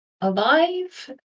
alive